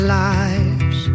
lives